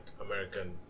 American